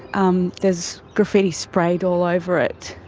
um there's graffiti sprayed all over it.